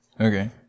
Okay